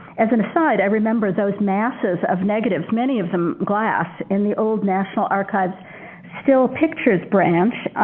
as an aside, i remember those masses of negatives, many of them glass, in the old national archives still pictures branch,